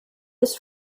ist